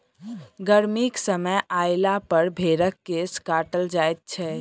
गर्मीक समय अयलापर भेंड़क केश काटल जाइत छै